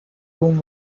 room